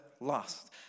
lost